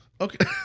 Okay